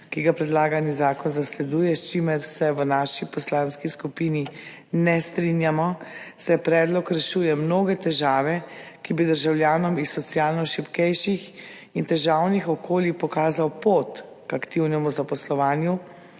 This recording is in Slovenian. ki ga predlagani zakon zasleduje, s čimer se v naši poslanski skupini ne strinjamo, saj predlog rešuje mnoge težave in bi državljanom iz socialno šibkejših in težavnih okolij pokazal pot k aktivnemu zaposlovanju